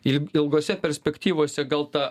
i ilgose perspektyvose gal ta